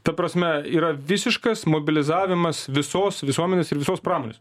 ta prasme yra visiškas mobilizavimas visos visuomenės ir visos pramonės